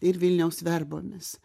ir vilniaus verbomis